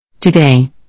Today